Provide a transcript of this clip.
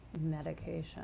medication